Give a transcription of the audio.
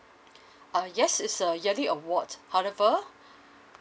uh yes it's a yearly award however